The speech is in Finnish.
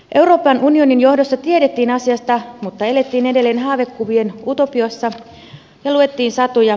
euroopan unionin johdossa tiedettiin asiasta mutta elettiin edelleen haavekuvien utopiassa ja luettiin satuja